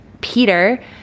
Peter